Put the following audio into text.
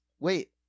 Wait